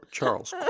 Charles